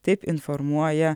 taip informuoja